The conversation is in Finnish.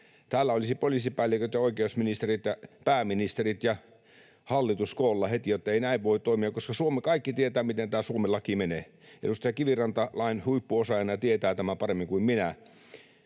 Täällä olisi poliisipäälliköt ja oikeusministerit ja pääministerit ja hallitus koolla heti, ettei näin voi toimia, koska kaikki tietää, miten tämä Suomen laki menee. Edustaja Kiviranta lain huippuosaajana tietää tämän paremmin kuin minä,